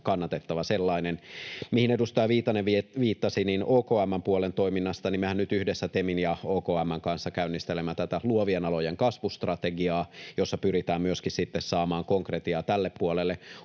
kannatettava sellainen. Mihin edustaja Viitanen viittasi, niin OKM:n puolen toiminnastahan me nyt yhdessä TEMin ja OKM:n kanssa käynnistelemme tätä luovien alojen kasvustrategiaa, jossa pyritään myöskin saamaan konkretiaa tälle puolelle.